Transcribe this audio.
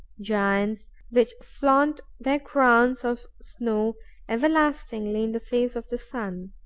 giants which flaunt their crowns of snow everlastingly in the face of the sun.